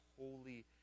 holy